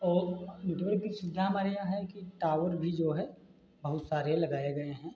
और नेटवर्क की सुविधा हमारे यह है कि टावर भी जो है बहुत सारे लगाए गए हैं